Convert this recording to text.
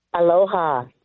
Aloha